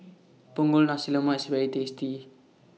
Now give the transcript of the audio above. Punggol Nasi Lemak IS very tasty